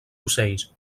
ocells